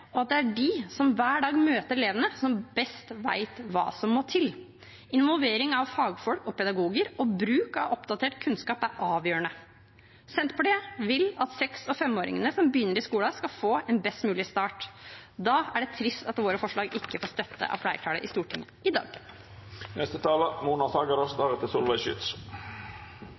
og at det er de som hver dag møter elevene, som best vet hva som må til. Involvering av fagfolk og pedagoger og bruk av oppdatert kunnskap er avgjørende. Senterpartiet vil at seks- og femåringene som begynner i skolen, skal få en best mulig start. Da er det trist at våre forslag ikke får støtte av flertallet i Stortinget i dag.